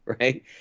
right